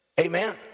Amen